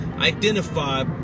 identify